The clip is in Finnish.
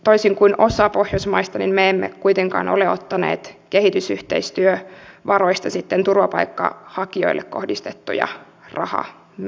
toisin kuin osa pohjoismaista me emme kuitenkaan ole ottaneet kehitysyhteistyövaroista turvapaikanhakijoille kohdistettuja rahaeriä